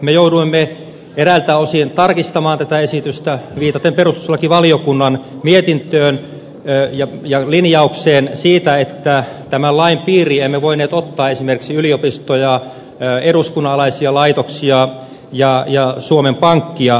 me jouduimme eräiltä osin tarkistamaan tätä esitystä viitaten perustuslakivaliokunnan mietintöön ja linjaukseen siitä että tämän lain piiriin emme voineet ottaa esimerkiksi yliopistoja eduskunnan alaisia laitoksia ja suomen pankkia